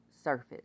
surface